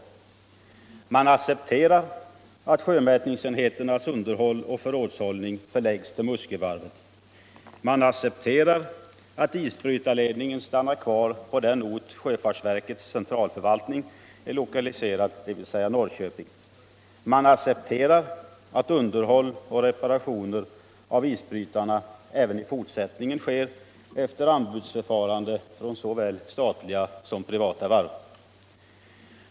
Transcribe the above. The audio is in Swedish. Man accepterar att sjömätningsenheternas underhåll och förrådshållning förläggs till Muskövarvet. Man accepterar att isbrytarledningen stannar kvar på den ort dit sjöfartsverkets centralförvaltning är lokaliserad, dvs. Norrköping. Man accepterar att underhåll och reparationer av isbrytarna även i fortsättningen sker efter anbudsförfarande från såväl statliga som privata varv.